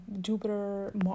Jupiter